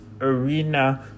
arena